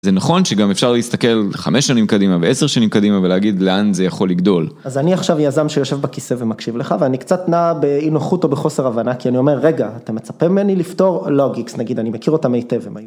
זה נכון שגם אפשר להסתכל חמש שנים קדימה ועשר שנים קדימה ולהגיד לאן זה יכול לגדול. אז אני עכשיו יזם שיושב בכיסא ומקשיב לך ואני קצת נע באי נוחות או בחוסר הבנה כי אני אומר רגע אתם מצפים ממני לפתור לוגיקס נגיד אני מכיר אותם היטב.